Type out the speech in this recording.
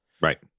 right